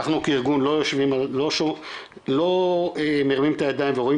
אנחנו כארגון לא מרימים את הידיים ורואים